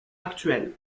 actuel